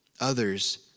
others